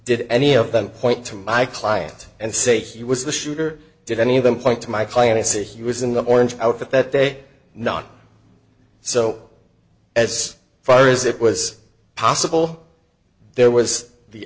did any of them point to my client and say he was the shooter did any of them point to my client and say he was in the orange outfit that day not so as far as it was possible there was the